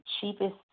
cheapest